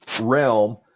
realm